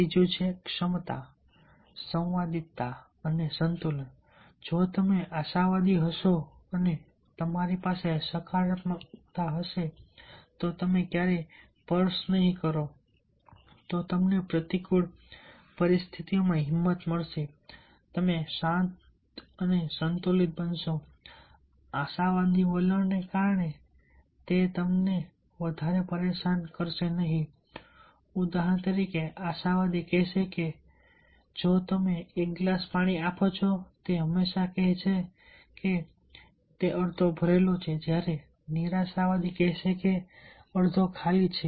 ત્રીજું છે સમતા સંવાદિતા અને સંતુલન જો તમે આશાવાદી હશો અને જો તમારી પાસે સકારાત્મકતા હશે તો તમે ક્યારેય પર્સ નહીં કરો તો તમને પ્રતિકૂળ પરિસ્થિતિઓમાં હિંમત મળશે તમે શાંત અને સંતુલિત બનશો આશાવાદી વલણને કારણે તે તમને વધારે પરેશાન કરશે નહીં ઉદાહરણ આશાવાદી કહેશે કે તરીકે જો તમે એક ગ્લાસ પાણી આપો તો તે હંમેશા કહેશે કે તે અડધો ભરેલો છે જ્યારે નિરાશાવાદી કહેશે કે તે અડધો ખાલી છે